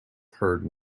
heard